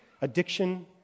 addiction